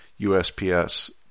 USPS